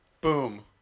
Boom